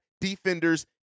defenders